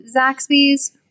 zaxby's